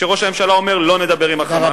שראש הממשלה אומר, לא לדבר עם ה"חמאס".